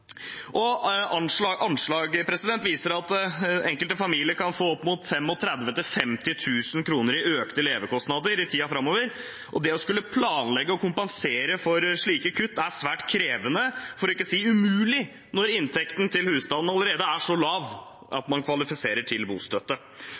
Anslag viser at den enkelte familie kan få opp mot 35 000–50 000 kr i økte levekostnader i tiden framover, og det å skulle planlegge og kompensere for slike kutt er svært krevende – for ikke å si umulig – når inntekten til husstanden allerede er så lav at